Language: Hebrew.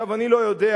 אני לא יודע,